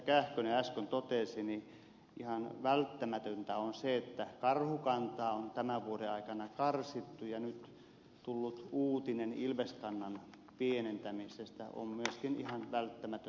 kähkönen äsken totesi ihan välttämätöntä on se että karhukantaa on tämän vuoden aikana karsittu ja nyt tullut uutinen ilveskannan pienentämisestä on myöskin ihan välttämätön toimi